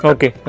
Okay